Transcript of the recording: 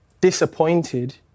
disappointed